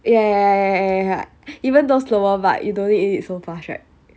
ya ya ya ya ya even though slower but you don't need it so fast right